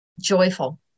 joyful